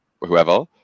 whoever